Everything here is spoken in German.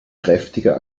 kräftiger